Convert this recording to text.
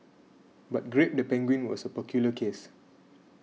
but grape the penguin was a peculiar case